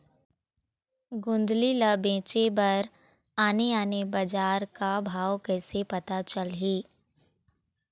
गोंदली ला बेचे बर आने आने बजार का भाव कइसे पता चलही?